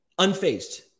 unfazed